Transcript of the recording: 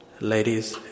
ladies